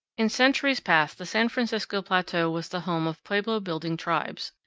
in centuries past the san francisco plateau was the home of pueblo-building tribes,